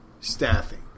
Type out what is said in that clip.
staffing